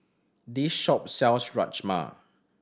this shop sells Rajma